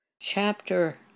chapter